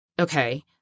okay